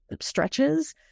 stretches